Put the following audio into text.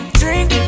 drink